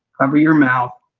cover your mouth,